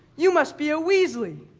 you must be a weasley.